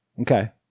Okay